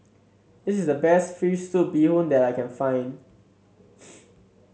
this is the best fish soup Bee Hoon that I can find